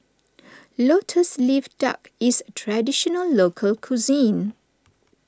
Lotus Leaf Duck is Traditional Local Cuisine